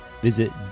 visit